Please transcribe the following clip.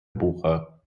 bücher